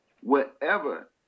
wherever